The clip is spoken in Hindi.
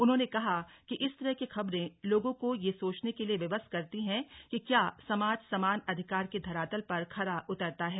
उन्होंने कहा कि इस तरह की खबरें लोगों को यह सोचने के लिए विवश करती हैं कि क्या समाज समान अधिकार के धरातल पर खरा उतरता है